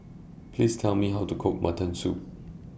Please Tell Me How to Cook Mutton Soup